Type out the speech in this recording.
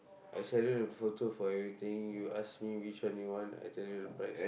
I sell you the for everything you ask me which one do you want I tell you the price